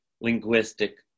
linguistic